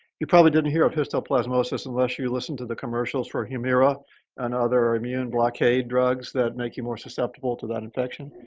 you probably didn't hear of histoplasmosis unless you listened to the commercials for humira and other immune blockade drugs that make you more susceptible to that infection.